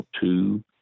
two